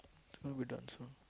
who would done so